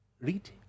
read